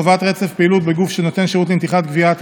חובת רצף פעילות בגוף שנותן שירות לנתיחת גווייה),